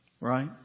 right